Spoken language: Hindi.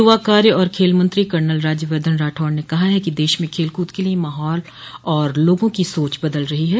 यूवा कार्य और खेल मंत्री कर्नल राज्यवर्द्धन राठौड़ ने कहा है कि देश में खेलकूद के लिए माहौल और लोगों की सोच बदल रही है